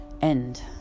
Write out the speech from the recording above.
end